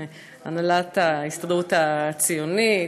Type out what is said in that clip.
הנהלת ההסתדרות הציונית,